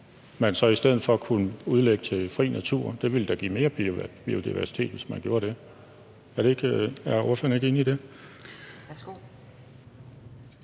man så i stedet for kunne udlægge til fri natur. Det ville da give mere biodiversitet, hvis man gjorde det. Er ordføreren ikke enig i det?